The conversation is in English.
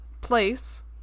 place